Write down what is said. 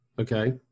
okay